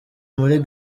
muri